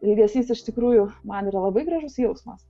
ilgesys iš tikrųjų man yra labai gražus jausmas